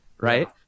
right